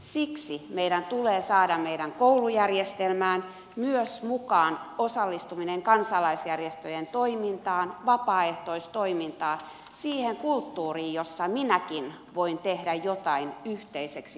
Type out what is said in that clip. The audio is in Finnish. siksi meidän tulee saada meidän koulujärjestelmään myös mukaan osallistuminen kansalaisjärjestöjen toimintaan vapaaehtoistoimintaan siihen kulttuuriin jossa minäkin voin tehdä jotain yhteiseksi hyväksi